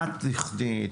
מה התוכנית?